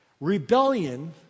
rebellion